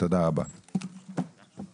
תודה רבה, הישיבה נעולה.